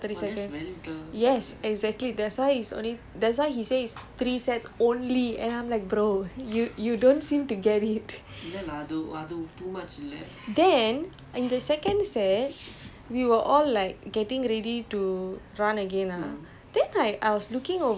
so in between each run you only get thirty seconds so four hundred then thirty seconds three hundred thirty seconds yes exactly that's why it's only that's why he says three sets only and I'm like bro you you don't seem to get it then in the second set